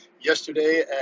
yesterday